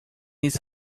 his